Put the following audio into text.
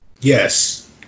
Yes